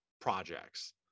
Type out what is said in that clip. projects